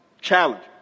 Challenge